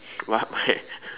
what why